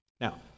Now